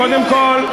קודם כול,